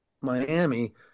Miami